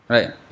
Right